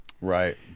right